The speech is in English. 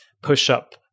push-up